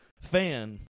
fan